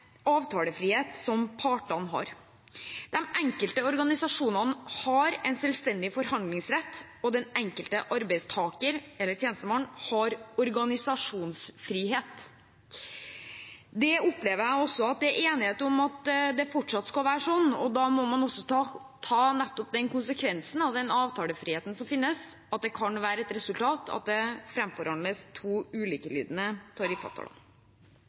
avtalefrihet som partene har. De enkelte organisasjonene har en selvstendig forhandlingsrett, og den enkelte arbeidstaker, eller tjenestemann, har organisasjonsfrihet. Jeg opplever at det er enighet om at det fortsatt skal være sånn, og da må man også ta konsekvensen av det: Den avtalefriheten som finnes, kan gi som resultat at det framforhandles to ulikelydende